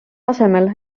asemel